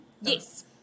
Yes